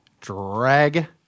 drag